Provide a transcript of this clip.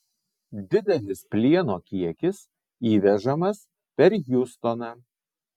didelis plieno kiekis įvežamas per hjustoną